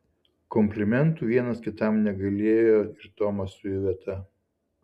komplimentų vienas kitam negailėjo ir tomas su iveta